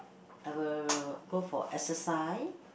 I will go for exercise